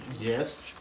Yes